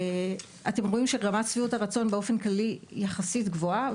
אתם רואים שרמת שביעות הרצון באופן כללי יחסית גבוהה,